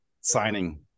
signing